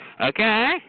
Okay